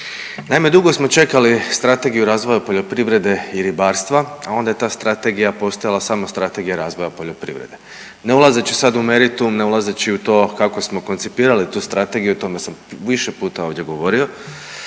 Naime, dugo smo čekali Strategiju razvoja poljoprivrede i ribarstva, a onda je ta Strategija postala samo Strategija razvoja poljoprivrede. Ne ulazeći sad u meritum, ne ulazeći u to kako smo koncipirali tu Strategiju, o tome sam više puta ovdje govorio,